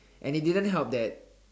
and it didn't help that